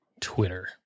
Twitter